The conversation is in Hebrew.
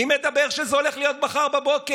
מי אומר שזה הולך להיות מחר בבוקר?